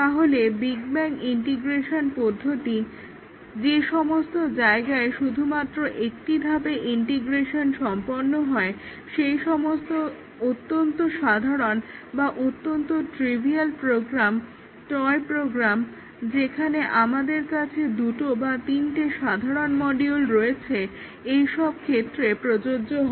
তাহলে big bang integration পদ্ধতি যেসমস্ত জায়গায় শুধুমাত্র একটি ধাপে ইন্টিগ্রেশন সম্পন্ন হয় সেই সমস্ত অত্যন্ত সাধারণ বা অত্যন্ত ট্রিভিয়াল প্রোগ্রাম টয় প্রোগ্রাম যেখানে আমাদের কাছে দুটো বা তিনটে সাধারণ মডিউল রয়েছে এইসব ক্ষেত্রে প্রযোজ্য হয়